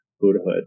Buddhahood